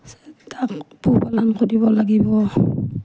লাগিব